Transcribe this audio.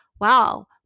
wow